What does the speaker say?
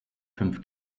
fünf